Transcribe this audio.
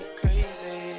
crazy